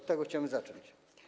Od tego chciałem zacząć.